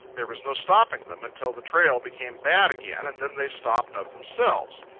there was no stopping them until the trail became bad again, and then they stopped of themselves.